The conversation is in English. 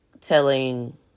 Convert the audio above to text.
telling